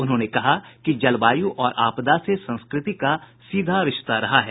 उन्होंने कहा कि जलवायु और आपदा से संस्कृति का सीधा रिश्ता रहा है